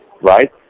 right